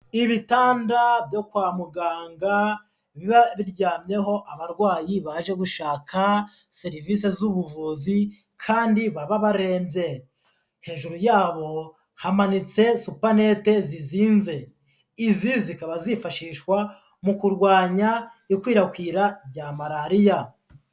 Ibitanda byo kwa muganga biba biryamyeho abarwayi baje gushaka serivisi z'ubuvuzi kandi baba barembye, hejuru yabo hamanitse supanete zizinze, izi zikaba zifashishwa mu kurwanya ikwirakwira rya malariya.